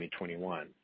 2021